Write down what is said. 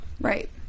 Right